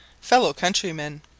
fellow-countrymen